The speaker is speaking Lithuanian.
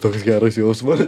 toks geras jausmas